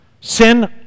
Sin